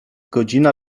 godzina